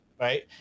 right